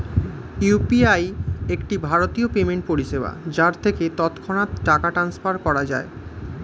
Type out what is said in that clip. UPI একটি ভারতীয় payment পরিষেবা যার থেকে তৎক্ষণাৎ টাকা ট্রান্সফার করা যায়